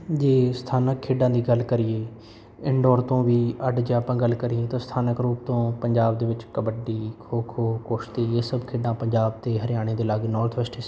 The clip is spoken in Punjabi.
ਜੇ ਸਥਾਨਕ ਖੇਡਾਂ ਦੀ ਗੱਲ ਕਰੀਏ ਇੰਡੋਰ ਤੋਂ ਵੀ ਅੱਡ ਜੇ ਆਪਾਂ ਗੱਲ ਕਰੀਏ ਤਾਂ ਸਥਾਨਕ ਰੂਪ ਤੋਂ ਪੰਜਾਬ ਦੇ ਵਿੱਚ ਕਬੱਡੀ ਖੋ ਖੋ ਕੁਸ਼ਤੀ ਇਹ ਸਭ ਖੇਡਾਂ ਪੰਜਾਬ ਅਤੇ ਹਰਿਆਣੇ ਦੇ ਲਾਗੇ ਨੋਰਥ ਵੈਸਟ ਹਿੱਸੇ ਵਿੱਚ ਹੁੰਦੀ ਰਹੀਆਂ